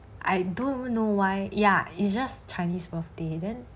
I don't know why ya it's just chinese birthday then